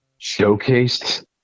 showcased